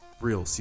real